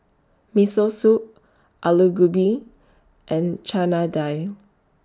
Miso Soup Alu Gobi and Chana Dal